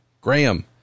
Graham